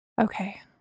Okay